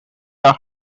their